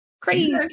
crazy